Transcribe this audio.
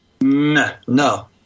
No